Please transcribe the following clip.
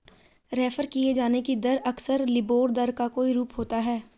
refer किये जाने की दर अक्सर लिबोर दर का कोई रूप होता है